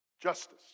Justice